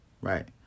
right